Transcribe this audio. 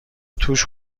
توش